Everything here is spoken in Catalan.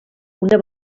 una